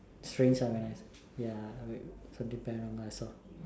strange lah I realize ya I so depend on myself